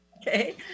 Okay